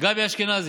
גבי אשכנזי,